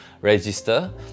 register